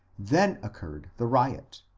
then occurred the riot.